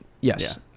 Yes